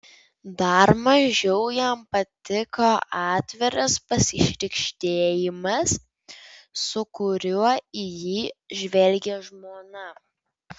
dar mažiau jam patiko atviras pasišlykštėjimas su kuriuo į jį žvelgė žmona